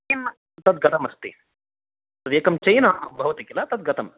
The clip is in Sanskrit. किम् तद्गतमस्ति तदेकं चैन् भवति खिल तद्गतं